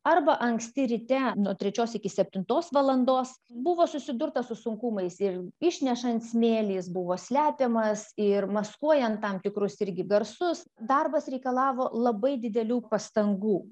arba anksti ryte nuo trečios iki septintos valandos buvo susidurta su sunkumais ir išnešant smėlį jis buvo slepiamas ir maskuojant tam tikrus irgi garsus darbas reikalavo labai didelių pastangų